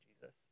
Jesus